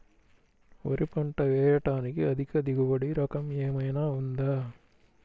వరి పంట వేయటానికి అధిక దిగుబడి రకం ఏమయినా ఉందా?